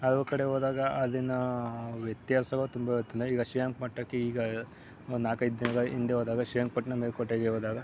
ಹಲವು ಕಡೆ ಹೋದಾಗ ಅಲ್ಲಿನ ವ್ಯತ್ಯಾಸವು ತುಂಬ ಇರ್ತದೆ ಈಗ ಶ್ರೀರಂಗಪಟ್ಟಣಕ್ಕೆ ಈಗ ಒಂದು ನಾಲ್ಕೈದು ದಿನದ ಹಿಂದೆ ಹೋದಾಗ ಶ್ರೀರಂಗಪಟ್ಟಣ ಮೇಲುಕೋಟೆಗೆ ಹೋದಾಗ